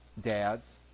dads